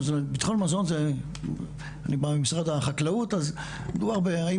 ביטחון זה ממשרד החקלאות אז מדובר ב- האם